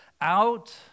out